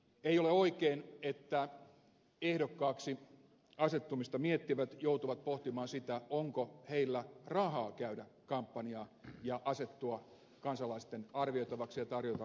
ei ole oikein että ehdokkaaksi asettumista miettivät joutuvat pohtimaan sitä onko heillä rahaa käydä kampanjaa ja asettua kansalaisten arvioitavaksi ja tarjota oma vaihtoehtonsa